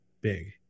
big